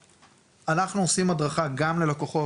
אנחנו עושים הדרכה גם ללקוחות,